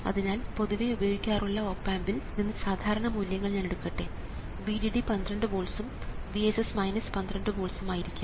അതിനാൽ പൊതുവേ ഉപയോഗിക്കാറുള്ള ഓപ് ആമ്പിൽ നിന്ന് ചില സാധാരണ മൂല്യങ്ങൾ ഞാൻ എടുക്കട്ടെ VDD 12 വോൾട്സ്ഉം VSS 12 വോൾട്സ്ഉം ആയിരിക്കാം